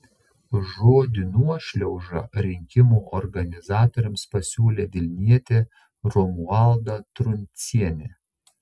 žodį nuošliauža rinkimų organizatoriams pasiūlė vilnietė romualda truncienė